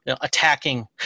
attacking